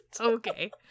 Okay